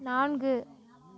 நான்கு